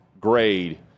grade